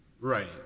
Right